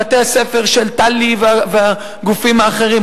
בתי-הספר של תל"י והגופים האחרים,